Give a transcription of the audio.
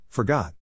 Forgot